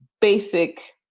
basic